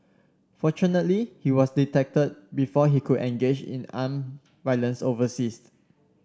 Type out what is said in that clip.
fortunately he was detected before he could engage in armed violence overseas